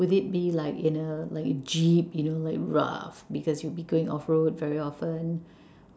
would it be like in a like jeep you know like rough because you'll be going off road very often